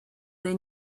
they